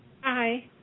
Hi